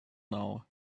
now